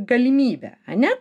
galimybę ane